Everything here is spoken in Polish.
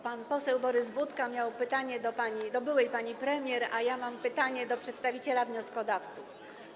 Pan poseł Borys Budka miał pytanie do byłej pani premier, a ja mam pytanie do przedstawiciela wnioskodawców.